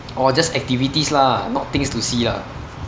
oh just activities lah not things to see lah